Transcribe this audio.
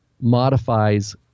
modifies